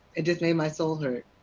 it just made my soul hurt.